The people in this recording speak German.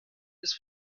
ist